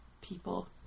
people